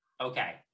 Okay